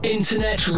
Internet